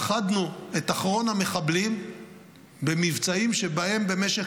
לכדנו את אחרון המחבלים במבצעים שבהם במשך